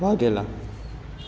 Vaghela